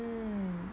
mm